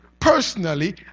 personally